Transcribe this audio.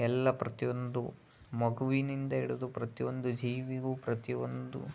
ಎಲ್ಲ ಪ್ರತಿ ಒಂದು ಮಗುವಿನಿಂದ ಹಿಡ್ದು ಪ್ರತಿ ಒಂದು ಜೀವಿಗೂ ಪ್ರತಿ ಒಂದು